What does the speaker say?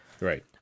Right